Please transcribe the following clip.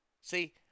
see